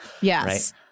Yes